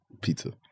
pizza